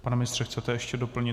Pane ministře, chcete ještě doplnit?